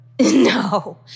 No